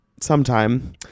sometime